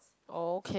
okay